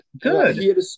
Good